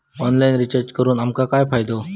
Online recharge करून आमका काय फायदो?